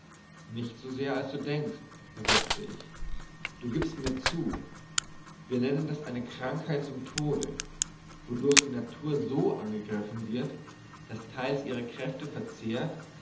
nicht so sehr als du denkst versetzte ich du gibst mir zu wir nennen das eine krankheit zum tode wodurch die natur so angegriffen wird daß teils ihre kräfte verzehrt